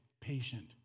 patient